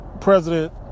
president